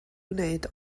wneud